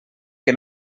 que